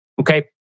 Okay